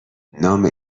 نام